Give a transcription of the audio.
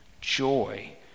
joy